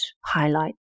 highlight